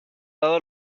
dado